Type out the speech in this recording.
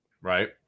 Right